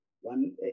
one